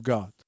God